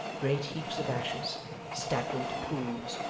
great heaps of ashes stagnant pools,